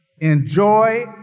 Enjoy